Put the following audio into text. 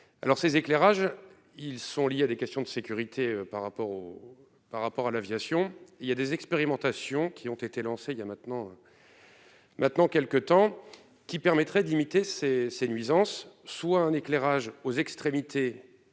ces éclairages, ils sont liés à des questions de sécurité par rapport au par rapport à l'aviation, il y a des expérimentations qui ont été lancées il y a maintenant maintenant quelques temps qui permettrait de limiter ses ces nuisances soit un éclairage aux extrémités